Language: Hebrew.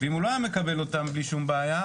ואם הוא לא היה מקבל אותם בלי שום בעיה,